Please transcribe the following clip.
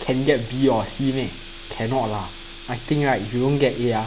can get B or C meh cannot lah I think right you don't get A ah